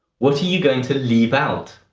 what are you going to leave out?